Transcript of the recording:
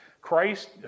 Christ